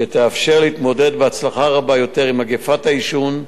שתאפשר להתמודד בהצלחה רבה יותר עם מגפת העישון.